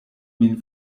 min